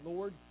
Lord